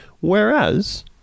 Whereas